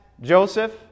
Joseph